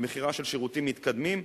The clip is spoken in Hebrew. במכירה של שירותים מתקדמים,